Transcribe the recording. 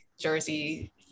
Jersey